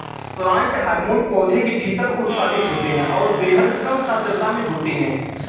plant hormone पौधों के भीतर उत्पादित होते हैंऔर बेहद कम सांद्रता में होते हैं